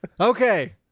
Okay